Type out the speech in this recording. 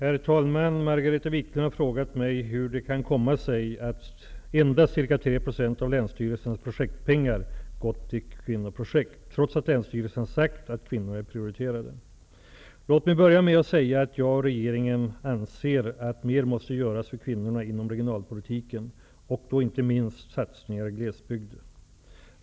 Herr talman! Margareta Viklund har frågat mig hur det kan komma sig att endast ca 3 % av länsstyrelsernas projektpengar gått till kvinnoprojekt, trots att länsstyrelserna sagt att kvinnor är prioriterade. Låt mig börja med att säga att jag och regeringen anser att mer måste göras för kvinnorna inom regionalpolitiken och då inte minst satsningar i glesbygden.